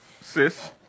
sis